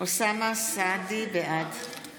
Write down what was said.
זה היה